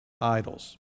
idols